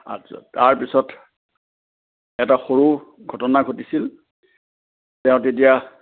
আচ্ছা তাৰপিছত এটা সৰু ঘটনা ঘটিছিল তেওঁৰ তেতিয়া